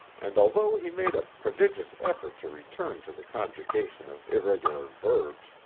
and although he made a prodigious effort to return to the conjugation of irregular verbs,